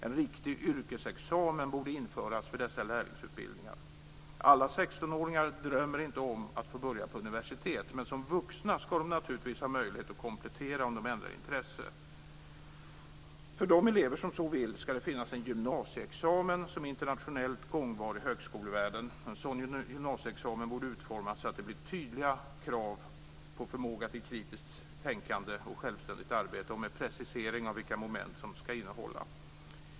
En riktig yrkesexamen borde införas för dessa lärlingsutbildningar. Inte alla 16-åringar drömmer om att få börja på universitet, men som vuxna ska de naturligtvis ha möjlighet att komplettera, om de ändrar intresse. För de elever som så vill ska det finnas en gymnasieexamen som är internationellt gångbar i högskolevärlden. En sådan gymnasieexamen borde utformas så, att det blir tydliga krav på förmåga till kritiskt tänkande och självständigt arbete och med precisering av vilka moment som den ska innehålla.